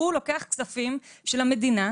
הוא לוקח כספים של המדינה,